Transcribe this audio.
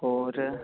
ਹੋਰ